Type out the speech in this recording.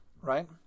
Right